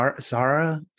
Zara